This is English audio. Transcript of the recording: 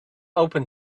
open